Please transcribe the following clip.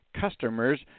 customers